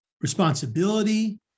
responsibility